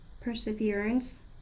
perseverance